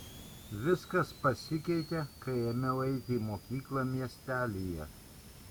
viskas pasikeitė kai ėmiau eiti į mokyklą miestelyje